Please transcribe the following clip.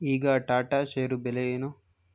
ಈಗ ಟಾಟಾ ಷೇರು ಬೆಲೆ ಏನು